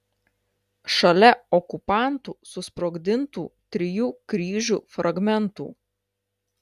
šalia okupantų susprogdintų trijų kryžių fragmentų